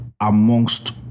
amongst